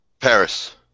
Paris